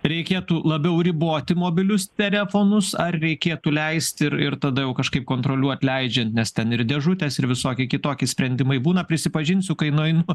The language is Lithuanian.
reikėtų labiau riboti mobilius telefonus ar reikėtų leisti ir ir tada jau kažkaip kontroliuot leidžiant nes ten ir dėžutės ir visokie kitokie sprendimai būna prisipažinsiu kai nueinu